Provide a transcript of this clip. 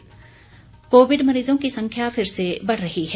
Covid संदेश covid मरीजों की संख्या फिर से बढ़ रही है